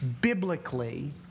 biblically